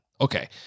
Okay